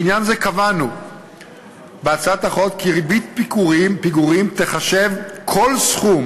לעניין זה קבענו בהצעת החוק כי ריבית פיגורים תיחשב כל סכום